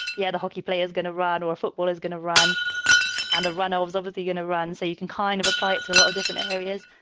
yeah, the hockey play is going to run or football is going to run and a run overs over the yoona run. so you can kind of apply it to a lot of different areas.